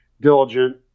diligent